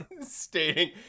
Stating